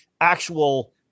actual